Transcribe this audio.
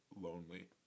lonely